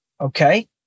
Okay